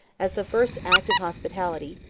as the first act of hospitality,